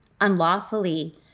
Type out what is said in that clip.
unlawfully